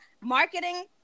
marketing